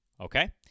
okay